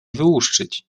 wyłuszczyć